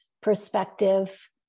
perspective